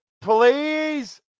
Please